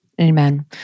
Amen